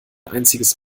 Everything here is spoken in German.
einziges